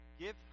give